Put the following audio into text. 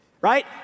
Right